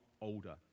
older